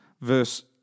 verse